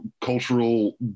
cultural